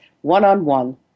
one-on-one